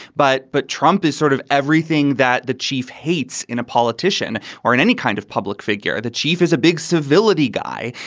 but but trump is sort of everything that the chief hates in a politician or in any kind of public figure. the chief is a big civility guy.